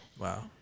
Wow